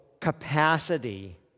capacity